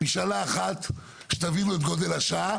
אחד ונשים כאן - אנחנו נהיה אחראי לכל הסיפור הזה.